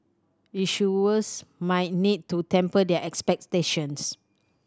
issuers might need to temper their expectations